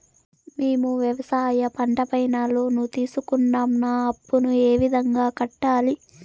మేము వ్యవసాయ పంట పైన లోను తీసుకున్నాం నా అప్పును ఏ విధంగా కట్టాలి